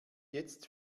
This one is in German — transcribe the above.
jetzt